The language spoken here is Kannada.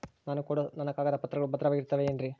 ನಾನು ಕೊಡೋ ನನ್ನ ಕಾಗದ ಪತ್ರಗಳು ಭದ್ರವಾಗಿರುತ್ತವೆ ಏನ್ರಿ?